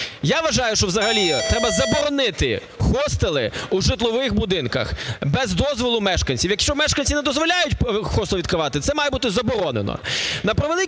Я вважаю, що взагалі треба заборонити хостели у житлових будинках без дозволу мешканців. Якщо мешканці не дозволяють хостел відкривати, це має бути заборонено.